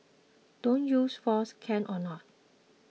don't use force can or not